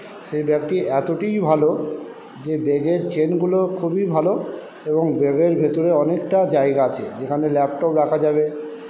সেই ব্যাগটি এতোটাই ভালো যে ব্যাগের চেনগুলো খুবই ভালো এবং ব্যাগের ভেতরে অনেকটা জায়গা আছে যেখানে ল্যাপটপ রাখা যাবে